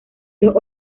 los